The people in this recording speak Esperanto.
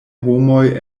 homoj